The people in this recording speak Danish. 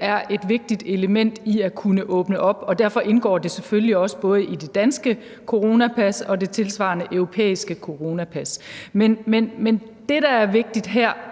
er et vigtigt element i at kunne åbne op, og at det derfor også indgår i både det danske coronapas og det tilsvarende europæiske coronapas. Men det, der her er vigtigt for